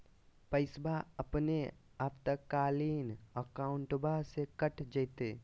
पैस्वा अपने आपातकालीन अकाउंटबा से कट जयते?